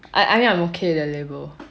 I I mean I'm okay the label